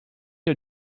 you